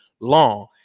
long